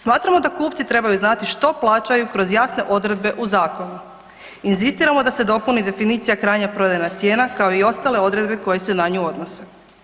Smatramo da kupci trebaju znati što plaćaju kroz jasne odredbe u zakonu, inzistiramo da se dopuni definicija krajnja prodajna cijena, kao i ostale odredbe koje se na nju odnose.